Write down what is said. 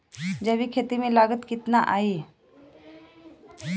जैविक खेती में लागत कितना आई?